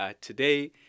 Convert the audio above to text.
today